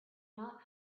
not